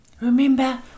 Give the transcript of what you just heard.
remember